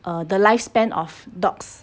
err the lifespan of dogs